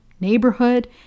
neighborhood